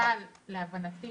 אבל להבנתי